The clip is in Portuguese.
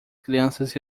crianças